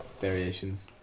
variations